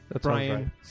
Brian